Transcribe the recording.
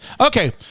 Okay